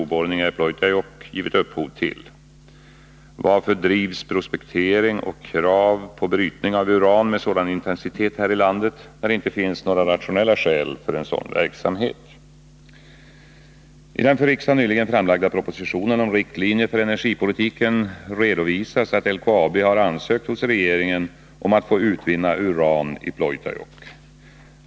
Varför drivs prospektering och krav på brytning av uran med sådan intensitet här i landet, när det inte finns några rationella skäl för en sådan verksamhet? I den för riksdagen nyligen framlagda propositionen om riktlinjer för energipolitiken redovisas att LKAB har ansökt hos regeringen om att få utvinna uran i Pleutajokk.